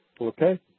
Okay